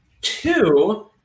Two